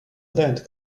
land